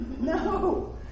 No